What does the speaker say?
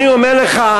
אני אומר לך,